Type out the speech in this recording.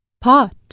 Pot